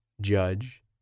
judge